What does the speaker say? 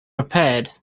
repaired